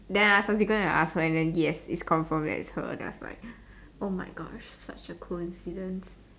then I actually go and ask her and then yes it's confirmed that it's her then I was like oh my gosh such a coincidence